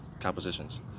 compositions